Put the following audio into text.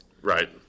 Right